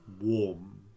warm